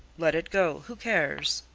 let it go who cares!